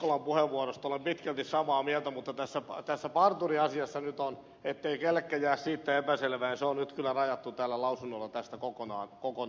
ukkolan puheenvuorosta että olen pitkälti samaa mieltä mutta tämä parturiasia nyt on ettei kellekään jää siitä epäselvää kyllä rajattu tällä lausunnolla tästä kokonaan ulos